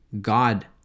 god